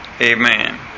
Amen